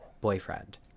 boyfriend